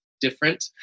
different